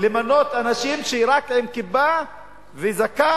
למנות רק אנשים עם כיפה וזקן.